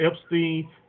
Epstein